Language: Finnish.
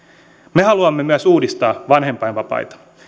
me haluamme myös uudistaa vanhempainvapaita